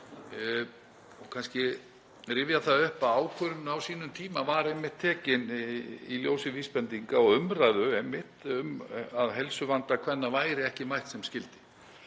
Ég vil rifja það upp að ákvörðunin á sínum tíma var einmitt tekin í ljósi vísbendinga og umræðu um að heilsuvanda kvenna væri ekki mætt sem skyldi